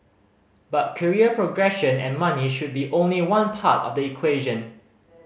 but career progression and money should be only one part of the equation